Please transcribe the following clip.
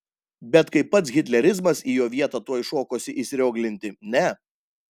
bet kai pats hitlerizmas į jo vietą tuoj šokosi įsirioglinti ne